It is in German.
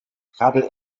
kabel